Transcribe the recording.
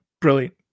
Brilliant